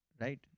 right